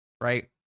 right